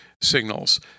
signals